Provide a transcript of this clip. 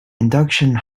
induction